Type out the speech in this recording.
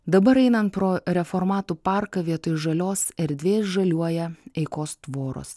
dabar einant pro reformatų parką vietoj žalios erdvės žaliuoja eikos tvoros